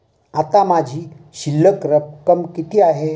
आता माझी शिल्लक रक्कम किती आहे?